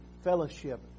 fellowship